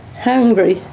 hungry.